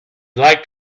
liked